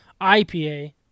IPA